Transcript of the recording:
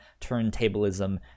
turntablism